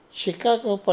Chicago